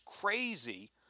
crazy